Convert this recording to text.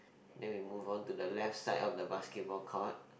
then we move on to the left side of the basketball court